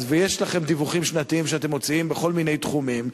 ויש לכם דיווחים שנתיים שאתם מוציאים בכל מיני תחומים.